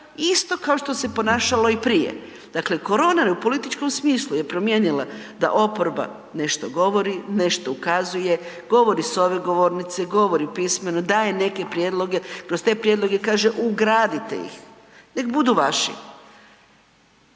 isto kao što se ponašalo i prije. Dakle, korona u političkom smislu je promijenila da oporba nešto govori, nešto ukazuje, govori s ove govornice, govori pismeno, daje neke prijedloge, kroz te prijedloge kaže ugradite ih, nek budu vaši.